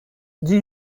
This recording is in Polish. dziś